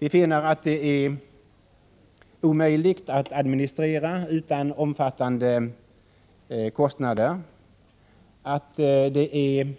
Vi finner att det är omöjligt att administrera utan omfattande kostnader och att det är